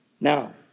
Now